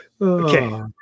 Okay